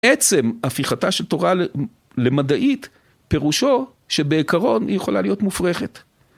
עצם הפיכתה של תורה למדעית, פירושו שבעיקרון היא יכולה להיות מופרכת.